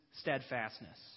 steadfastness